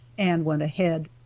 and went ahead.